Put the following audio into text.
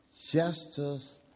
justice